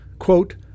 quote